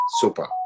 Super